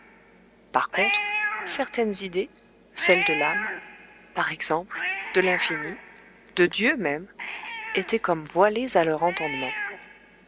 par contre certaines idées celles de l'âme par exemple de l'infini de dieu même étaient comme voilées à leur entendement